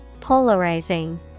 Polarizing